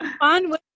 On